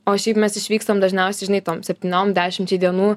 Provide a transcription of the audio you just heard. o šiaip mes išvykstam dažniausiai žinai tom septyniom dešimčiai dienų